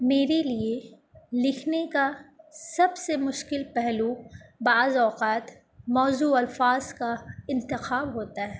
میرے لیے لکھنے کا سب سے مشکل پہلو بعض اوقات موضوں الفاظ کا انتخاب ہوتا ہے